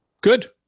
good